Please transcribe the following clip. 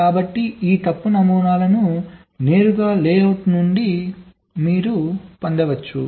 కాబట్టి ఈ తప్పు నమూనాలను నేరుగా లేఅవుట్ నుండి పొందవచ్చు